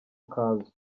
akazu